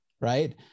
right